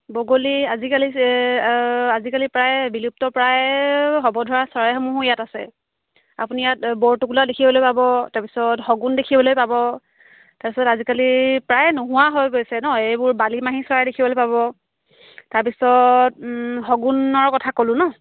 বগলী আজিকালি আজিকালি প্ৰায় বিলুপ্ত প্ৰায় হ'ব ধৰা চৰাইসমূহো ইয়াত আছে আপুনি ইয়াত বৰটোকোলা দেখিবলৈ পাব তাৰ পিছত শগুন দেখিবলৈ পাব তাৰ পিছত আজিকালি প্ৰায় নোহোৱা হৈ গৈছে ন এইবোৰ বালিমাহী চৰাই দেখিবলৈ পাব তাৰ পিছত শগুনৰ কথা ক'লোঁ ন